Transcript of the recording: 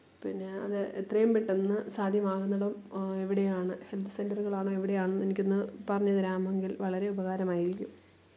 പിന്നെ അത് എത്രയും പെട്ടെന്ന് സാധ്യമാകുന്നിടവും എവിടെയാണ് ഹെല്ത്ത് സെന്ററുകളാണൊ എവിടെയാണെന്ന് എനിക്കൊന്ന് പറഞ്ഞ് തരാമെങ്കില് വളരെ ഉപകാരമായിരിക്കും